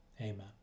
Amen